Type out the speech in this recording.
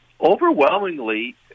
overwhelmingly